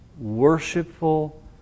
worshipful